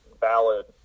valid